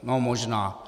No možná.